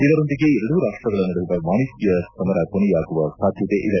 ಇದರೊಂದಿಗೆ ಎರಡೂ ರಾಷ್ಟಗಳ ನಡುವಿನ ವಾಣಿಜ್ಯ ಸಮರ ಕೊನೆಯಾಗುವ ಸಾಧ್ಯತೆ ಇದೆ